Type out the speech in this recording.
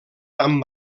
tan